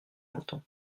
entend